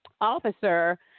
officer